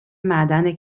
معدن